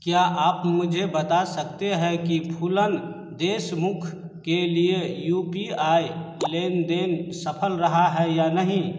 क्या आप मुझे बता सकते हैं कि फूलन देशमुख के लिए यू पी आई लेनदेन सफल रहा है या नहीं